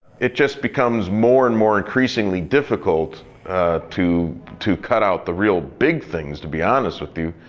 it just becomes more and more increasingly difficult to to cut out the real big things, to be honest with you.